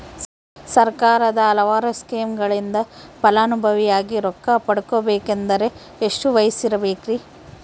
ಸರ್ಕಾರದ ಹಲವಾರು ಸ್ಕೇಮುಗಳಿಂದ ಫಲಾನುಭವಿಯಾಗಿ ರೊಕ್ಕ ಪಡಕೊಬೇಕಂದರೆ ಎಷ್ಟು ವಯಸ್ಸಿರಬೇಕ್ರಿ?